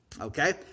Okay